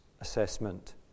assessment